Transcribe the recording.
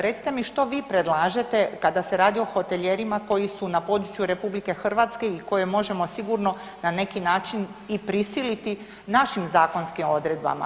Recite mi što vi predlažete kada se radi o hotelijerima koji su na području RH i koje možemo sigurno na neki način i prisiliti našim zakonskim odredbama.